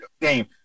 game